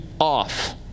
off